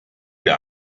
der